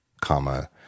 comma